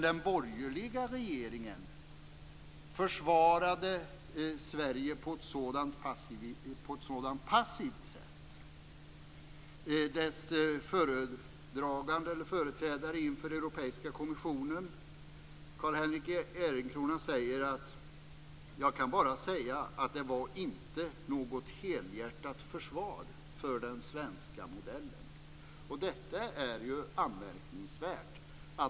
Den borgerliga regeringen försvarade Sverige på ett så passivt sätt. Dess företrädare inför Europeiska kommissionen, Carl Henrik Ehrenkrona, säger följande: "Jag kan bara säga att det inte var något helhjärtat försvar för den svenska modellen". Detta är anmärkningsvärt.